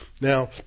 Now